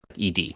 ed